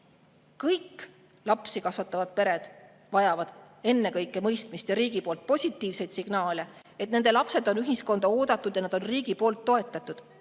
Kõik lapsi kasvatavad pered vajavad ennekõike mõistmist ja riigi poolt positiivseid signaale, et nende lapsed on ühiskonda oodatud ja nad on riigi poolt toetatud,